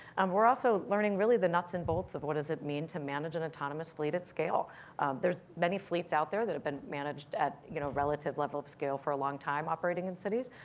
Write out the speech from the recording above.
we're also learning really the nuts and bolts of what does it mean to manage an autonomous fleet at scale there's many fleets out there that have been managed at you know relative level of scale for a long time operating in cities.